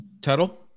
Tuttle